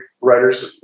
writers